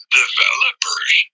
developers